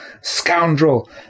scoundrel